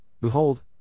behold